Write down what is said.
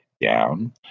down